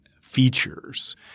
features